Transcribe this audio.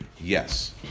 Yes